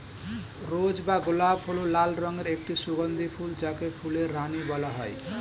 রোজ বা গোলাপ হল লাল রঙের একটি সুগন্ধি ফুল যাকে ফুলের রানী বলা হয়